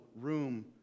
room